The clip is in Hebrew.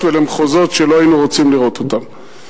ולמחוזות שלא היינו רוצים לראות אותם.